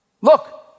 Look